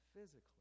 physically